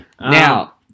Now